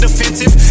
Defensive